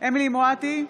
אמילי חיה מואטי,